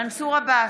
מנסור עבאס,